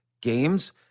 games